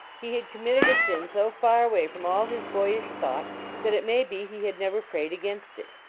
he had committed a sin so far away from all his boyish thought that it may be he had never prayed against it.